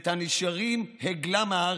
ואת הנשארים הגלה מהארץ.